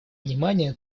внимания